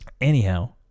Anyhow